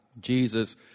Jesus